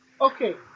okay